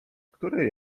której